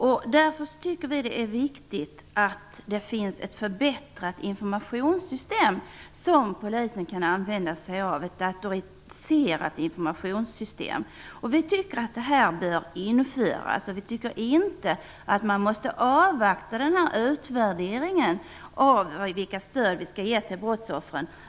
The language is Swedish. Vi tycker därför att det är viktigt att det finns ett förbättrat informationssystem som polisen kan använda sig av, ett datoriserat informationssystem. Vi tycker att ett sådant system bör införas, och vi anser inte att man måste avvakta utvärderingen av vilka stöd som skall ges till brottsoffren.